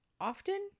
often